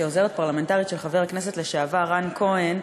כעוזרת פרלמנטרית של חבר הכנסת לשעבר רן כהן,